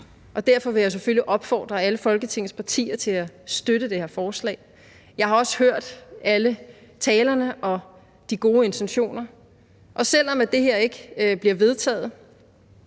Derfor vil jeg selvfølgelig opfordre alle Folketingets partier til at støtte det her forslag. Jeg har også hørt alle talerne og de gode intentioner, og selv om det her ikke bliver vedtaget,